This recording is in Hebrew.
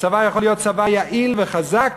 והצבא יכול להיות צבא יעיל וחזק.